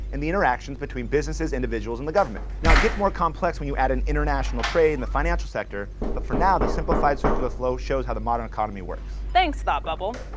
and the interactions between businesses, individuals, and the government. now, it gets more complex when you add in international trade and the financial sector, but for now, the simplified circular flow shows how the modern economy works. adriene thanks, thought bubble.